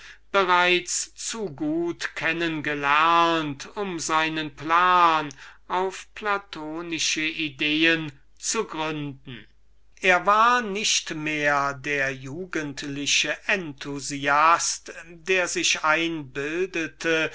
bereits zu gut um seinen plan auf platonische ideen zu gründen er war nicht mehr der jugendliche enthusiast der sich einbildet